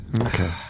Okay